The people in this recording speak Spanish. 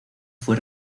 fue